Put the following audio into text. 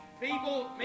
people